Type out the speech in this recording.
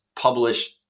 publish